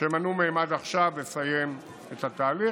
שמנעו מהם עד עכשיו לסיים את התהליך.